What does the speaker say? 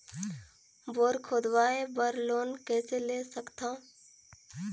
Bore खोदवाय बर loan कइसे ले सकथव?